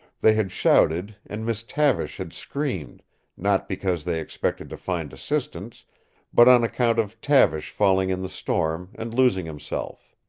they had shouted, and miss tavish had screamed not because they expected to find assistance but on account of tavish falling in the storm, and losing himself.